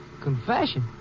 Confession